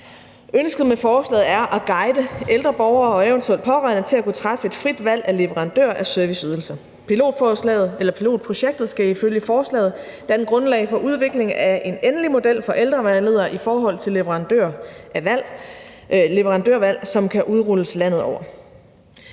Ønsket med forslaget er at guide ældre borgere og eventuelt pårørende til at kunne træffe et frit valg af leverandør af serviceydelser. Pilotprojektet skal ifølge forslaget danne grundlaget for udvikling af en endelig model for ældrevejledere i forhold til leverandørvalg, som kan udrulles landet over.